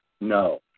no